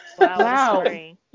wow